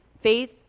faith